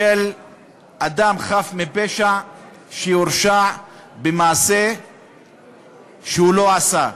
של אדם חף מפשע שהורשע במעשה שהוא לא עשה.